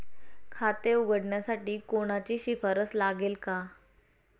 खाते उघडण्यासाठी कोणाची शिफारस लागेल का?